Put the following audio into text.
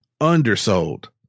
undersold